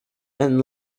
and